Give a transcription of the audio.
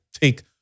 take